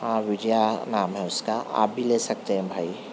وجیا نام ہے اس کا آپ بھی لے سکتے ہیں بھائی